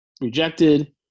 rejected